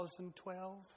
2012